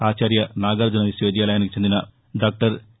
ఆచార్య నాగార్జున విశ్వవిద్యాలయానికి చెందిన డాక్టర్ ఎ